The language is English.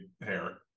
hair